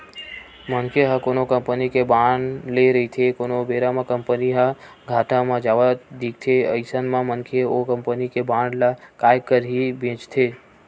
मनखे ह कोनो कंपनी के बांड ले रहिथे कोनो बेरा म कंपनी ह घाटा म जावत दिखथे अइसन म मनखे ओ कंपनी के बांड ल काय करही बेंचथे